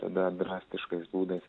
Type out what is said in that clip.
be drastiškais būdais